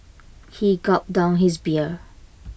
he gulped down his beer